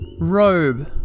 robe